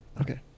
okay